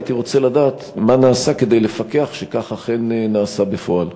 הייתי רוצה לדעת מה נעשה כדי לפקח שכך אכן נעשה בפועל.